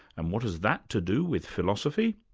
and what is that to do with philosophy?